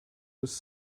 was